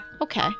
Okay